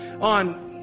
on